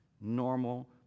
normal